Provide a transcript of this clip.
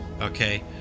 Okay